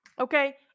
okay